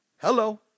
hello